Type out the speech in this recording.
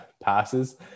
passes